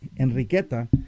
Enriqueta